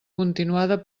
continuada